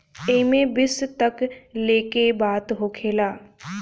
एईमे विश्व तक लेके बात होखेला